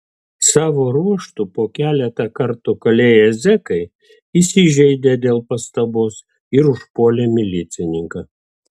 savo ruožtu po keletą kartų kalėję zekai įsižeidė dėl pastabos ir užpuolė milicininką